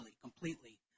completely